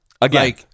Again